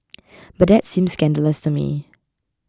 but that seems scandalous to me